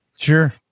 Sure